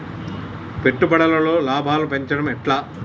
పెట్టుబడులలో లాభాలను పెంచడం ఎట్లా?